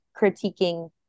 critiquing